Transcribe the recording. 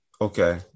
Okay